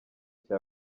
cya